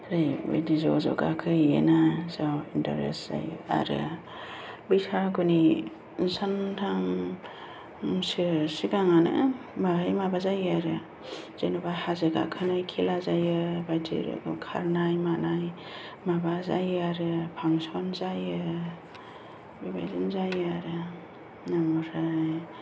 ओरैबायदि ज' ज' गाखोहैयोना जा इन्टारेस्ट जायो आरो बैसागुनि सानथामसो सिगाङावनो बेवहाय माबा जायो आरो जेनेबा हाजो गाखोनाय खेला जायो बायदि रोखोम खारनाय मानाय माबा जायो आरो फांसन जायो बेबायदिनो जायो आरो ओमफ्राय